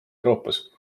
euroopas